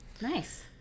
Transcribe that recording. nice